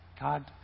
God